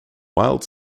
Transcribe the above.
wild